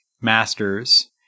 Masters